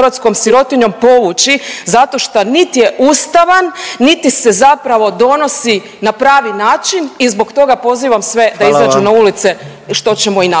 Hvala